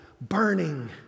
burning